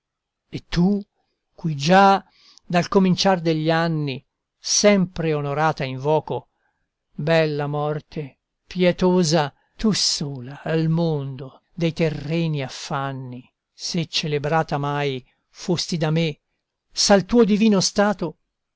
e tu cui già dal cominciar degli anni sempre onorata invoco bella morte pietosa tu sola al mondo dei terreni affanni se celebrata mai fosti da me s'al tuo divino stato